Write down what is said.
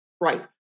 Right